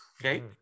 Okay